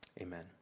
Amen